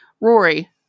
Rory